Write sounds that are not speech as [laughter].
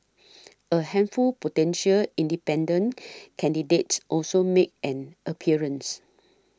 a handful potential independent [noise] candidates also made an appearance